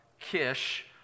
Kish